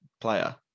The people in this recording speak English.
player